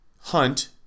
hunt